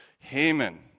Haman